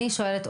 אני שואלת,